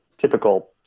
typical